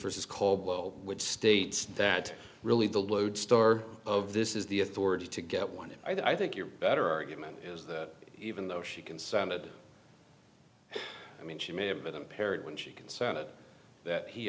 versus call blow which states that really the lodestar of this is the authority to get one i think you're better argument is that even though she consented i mean she may have been impaired when she consented that he